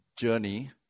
journey